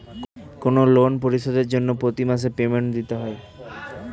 কোনো লোন পরিশোধের জন্য প্রতি মাসে পেমেন্ট দিতে হয়